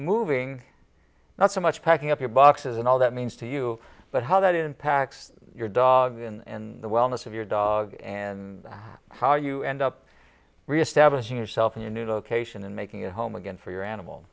moving not so much packing up your boxes and all that means to you but how that impacts your dog and the wellness of your dog and how you end up reestablishing yourself in a new location and making a home again for your animal